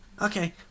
Okay